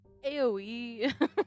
AoE